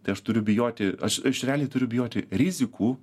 tai aš turiu bijoti aš aš realiai turiu bijoti rizikų